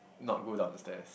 not go down the stairs